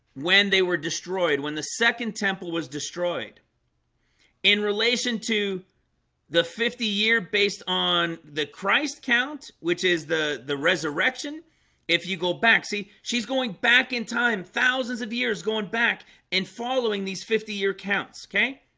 when they were destroyed when the second temple was destroyed in relation to the fifty year based on the christ count which is the the resurrection if you go back see she's going back in time thousands of years going back and following these fifty year counts, okay?